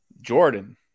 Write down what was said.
Jordan